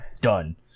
done